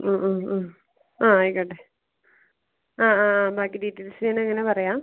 ആ ആയിക്കോട്ടെ ആ ആ ആ ബാക്കി ഡീറ്റെയിൽസ് ഞാനങ്ങനെ പറയാം